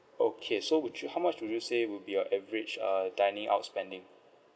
okay so would you how much would you say would be your average uh dining out spending